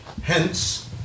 Hence